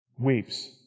weeps